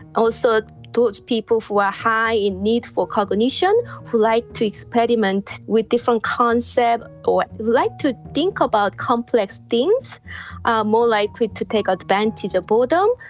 also those people who are high in need for cognition, who like to experiment with different concepts or like to think about complex things are more likely to take advantage of boredom.